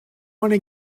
wanna